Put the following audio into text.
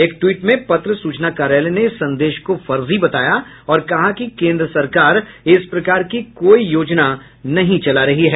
एक ट्वीट में प्रत्र सूचना कार्यालय ने इस संदेश को फर्जी बताया और कहा है कि केन्द्र सरकार इस प्रकार की कोई योजना नहीं चला रही है